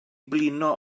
blino